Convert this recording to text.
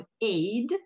aid